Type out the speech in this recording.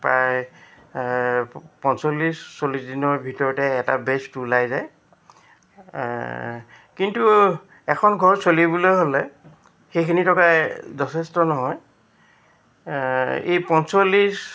প্ৰায় পঞ্চল্লিছ চল্লিছ দিনৰ ভিতৰতে এটা বেষ্ট ওলাই যায় কিন্তু এখন ঘৰ চলিবলৈ হ'লে সেইখিনি টকাই যথেষ্ট নহয় এই পঞ্চল্লিছ